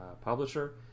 publisher